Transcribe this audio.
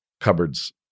cupboards